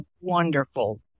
wonderful